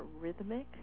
rhythmic